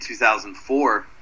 2004